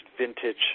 vintage